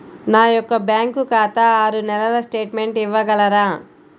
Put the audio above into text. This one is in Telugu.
నా యొక్క బ్యాంకు ఖాతా ఆరు నెలల స్టేట్మెంట్ ఇవ్వగలరా?